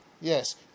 Yes